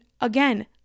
again